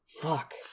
Fuck